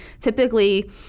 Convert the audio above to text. typically